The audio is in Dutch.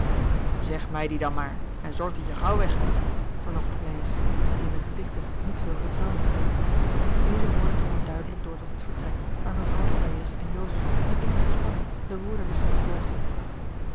zeg mij die dan maar en zorg dat je gaauw weg komt verzocht de pleyes die in de gezigten niet veel vertrouwen stelde deze woorden drongen duidelijk door tot het vertrek waar mevr de pleyes en joseph met eenige spanning de woordenwisseling volgden